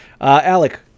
Alec